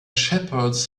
shepherds